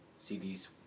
CDs